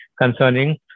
concerning